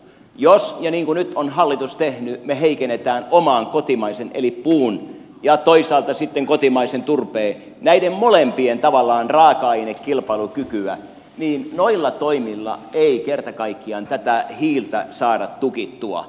jos niin kuin nyt on hallitus tehnyt me tavallaan heikennämme oman kotimaisen eli puun ja toisaalta sitten kotimaisen turpeen näiden molempien raaka ainekilpailukykyä niin noilla toimilla ei kerta kaikkiaan tätä hiiltä saada tukittua